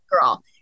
girl